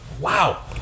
Wow